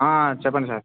చెప్పండి సార్